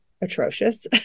atrocious